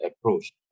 approach